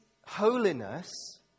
holiness